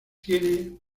tiene